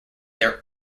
their